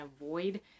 avoid